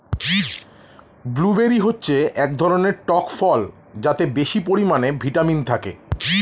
blueberry হচ্ছে এক ধরনের টক ফল যাতে বেশি পরিমাণে ভিটামিন থাকে